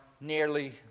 nearly